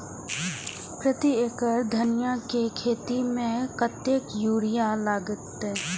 प्रति एकड़ धनिया के खेत में कतेक यूरिया लगते?